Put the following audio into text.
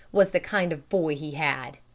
was the kind of boy he had.